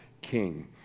King